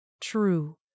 True